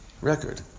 Record